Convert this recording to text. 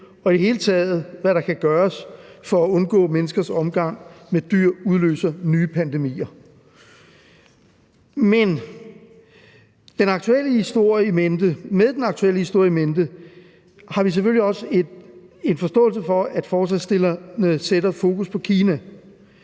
der i det hele taget kan gøres for at undgå, at menneskers omgang med dyr udløser nye pandemier. Med den aktuelle historie in mente har vi selvfølgelig også en forståelse for, at forslagsstillerne sætter fokus på Kina,